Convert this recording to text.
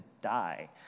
die